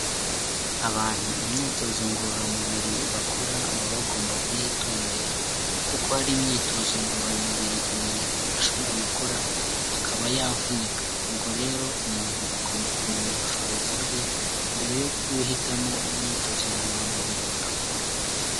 Abantu imyitozo ngororamubiri bakora baba bagomba kuyitondera kuko hari imyitozo ngororamubiri umuntu ashobora gukora akaba yavunika. Ubwo rero umuntu agomba kumenya ubushobozi bwe, mbere yo guhitamo umwitozo ngororamubiri akora.